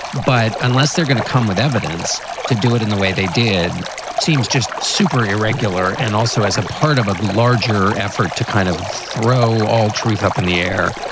but unless they're going to come with evidence to do it in the way they did seems just super irregular. and also as a part of a larger effort to kind of throw all truth up in the air.